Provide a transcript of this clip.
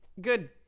good